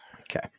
Okay